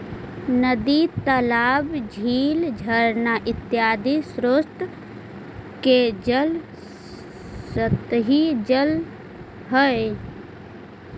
नदी तालाब, झील झरना इत्यादि स्रोत के जल सतही जल हई